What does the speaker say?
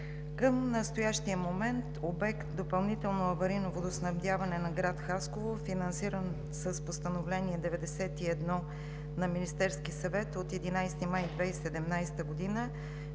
към настоящия момент обект „Допълнително аварийно водоснабдяване на град Хасково“, финансиран с Постановление № 91 на Министерския съвет от 11 май 2017 г.,